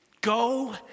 Go